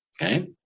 Okay